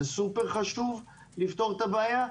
זה סופר חשוב לפתור את הבעיה,